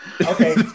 Okay